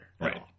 Right